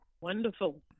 Wonderful